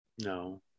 No